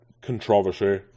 controversy